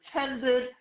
attended